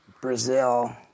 Brazil